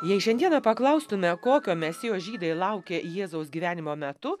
jei šiandieną paklaustume kokio mesijo žydai laukė jėzaus gyvenimo metu